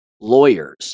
lawyers